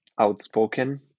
outspoken